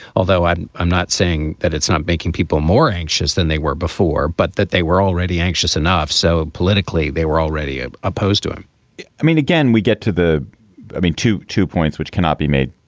although i'm i'm not saying that it's not making people more anxious than they were before, but that they were already anxious enough so politically, they were already ah opposed to him i mean, again, we get to the i mean, two two points which cannot be made.